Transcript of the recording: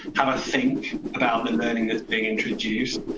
have a think about the learning that's being introduced,